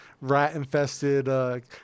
rat-infested—